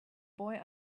boy